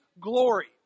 glory